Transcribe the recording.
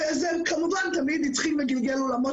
ואני מסכים עם כל הדוברים שאמרו עד עכשיו שאם בית החולים